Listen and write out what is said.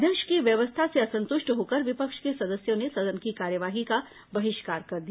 अध्यक्ष की व्यवस्था से असंतुष्ट होकर विपक्ष के सदस्यों ने सदन की कार्यवाही का बहिष्कार कर दिया